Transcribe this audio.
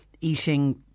eating